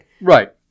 Right